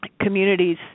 communities